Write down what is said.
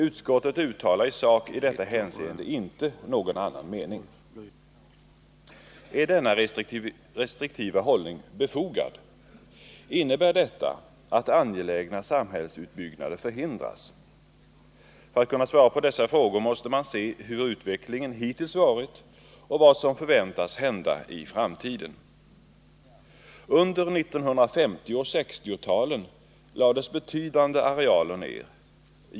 Utskottet uttalar i sak i detta hänseende inte någon annan mening. Är denna restriktiva hållning befogad? Innebär detta att angelägna samhällsutbyggnader hindras? För att kunna svara på dessa frågor måste man se hur utvecklingen hittills har varit och vad som förväntas hända i framtiden. Under 1950 och 1960-talen lades betydande arealer ned.